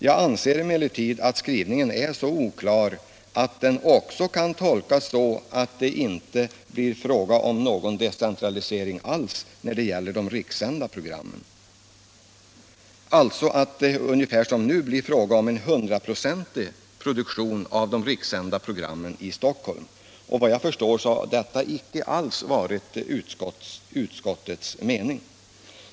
Jag anser emellertid att skrivningen är så oklar att den också kan tolkas så, att det inte blir fråga om någon decentralisering alls när det gäller de rikssända programmen -— alltså att det ungefär som nu blir fråga om en hundraprocentig produktion av de rikssända programmen i Stockholm. Enligt vad jag förstår har detta icke alls varit utskottets mening.